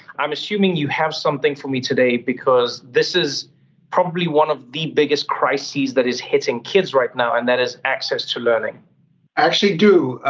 i'm assuming you have something for me today because this is probably one of the biggest crises that is hitting kids right now and that is access to learning. i actually do,